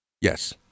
Yes